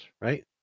right